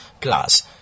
plus